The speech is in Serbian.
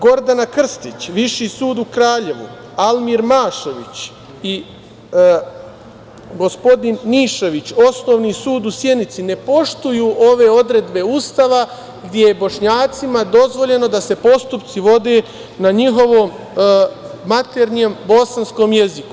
Gordana Krstić, Viši sud u Kraljevu, Almir Mašović, i gospodin Mišović, Osnovni sud u Sjenici, ne poštuju ove odredbe Ustava gde Bošnjacima je dozvoljeno da se postupci vode na njihovom maternjem, bosanskom jeziku.